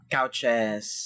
Couches